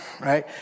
right